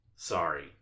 Sorry